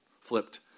flipped